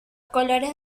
colores